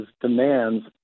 demands